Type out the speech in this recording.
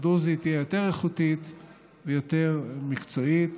הדרוזית יהיה יותר איכותי ויותר מקצועי,